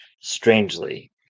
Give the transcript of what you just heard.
strangely